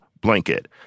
blanket